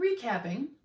recapping